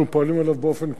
אנחנו פועלים באופן קבוע,